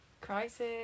Crisis